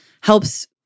helps